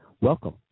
Welcome